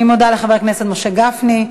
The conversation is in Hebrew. אני מודה לחבר הכנסת משה גפני.